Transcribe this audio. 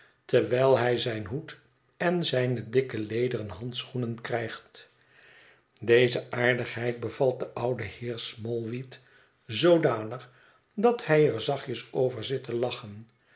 terwijl hij zijn hoed en zijne dikke lederen handschoenen krijgt deze aardigheid bevalt den ouden heer smallweed zoodanig dat hij er zachtjes over zit te lachen